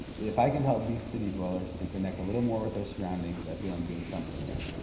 if i can help these city-dwellers to connect a little more with their surroundings, i feel i'm doing something right.